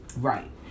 Right